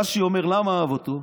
רש"י אומר: למה אהב אותו?